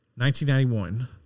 1991